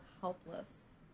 helpless